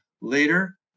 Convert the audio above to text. later